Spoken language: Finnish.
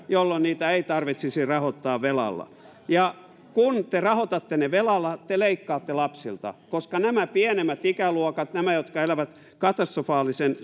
jolloin niitä ei tarvitsisi rahoittaa velalla ja kun te rahoitatte ne velalla te leikkaatte lapsilta koska nämä pienemmät ikäluokat jotka elävät katastrofaalisen